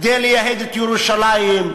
כדי לייהד את ירושלים,